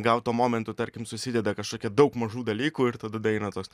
gal tuo momentu tarkim susideda kažkokie daug mažų dalykų ir tada daeina toks